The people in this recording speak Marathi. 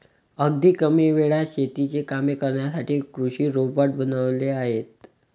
अगदी कमी वेळात शेतीची कामे करण्यासाठी कृषी रोबोट बनवले आहेत